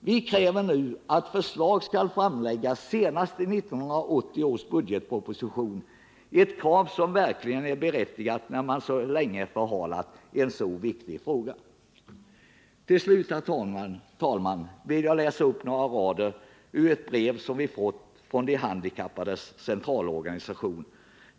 Vi kräver nu att förslag skall framläggas senast i 1980 års budgetproposition, ett krav som verkligen är berättigat när regeringen så länge har förhalat en så viktig fråga. Till slut, herr talman, vill jag läsa upp några rader ur ett brev som vi fått från De handikappades centralorganisation.